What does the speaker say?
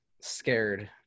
scared